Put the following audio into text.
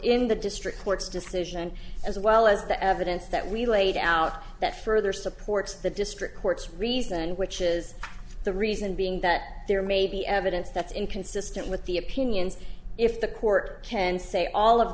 in the district court's decision as well as the evidence that we laid out that further supports the district court's reason which is the reason being that there may be evidence that's inconsistent with the opinions if the court can say all of